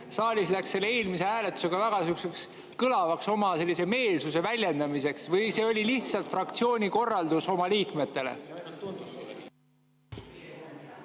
saalis läks selle eelmise hääletuse ajal väga siukseks kõlavaks oma meelsuse väljendamiseks. Või oli see lihtsalt fraktsiooni korraldus oma liikmetele?